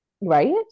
right